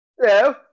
Hello